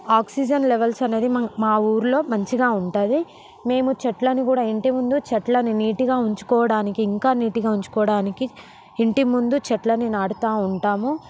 oxygen levels అనేది మ మా ఊరిలో మంచిగా ఉంటుంది మేము చెట్లను కూడా ఇంటిముందు చెట్లని నీటిగా ఉంచుకోడానికి ఇంకా నీటిగా ఉంచుకోడానికి ఇంటిముందు చెట్లని నాటుతూ ఉంటాము